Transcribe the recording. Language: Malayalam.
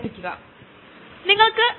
കാൻസർ അപകടകരമാകുന്നത് എന്തുകൊണ്ട്